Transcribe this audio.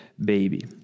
baby